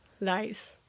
nice